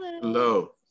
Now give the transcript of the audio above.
Hello